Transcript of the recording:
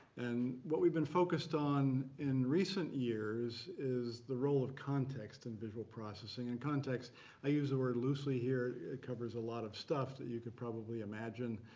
and what we've been focused on in recent years is the role of context in and visual processing. and context i use the word loosely here it covers a lot of stuff that you could probably imagine.